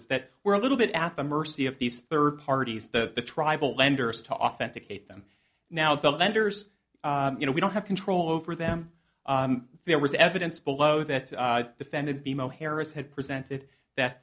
is that we're a little bit at the mercy of these third parties that the tribal lenders to authenticate them now the lenders you know we don't have control over them there was evidence below that defendant the mo harris had presented that